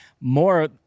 more